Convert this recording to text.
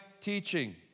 teaching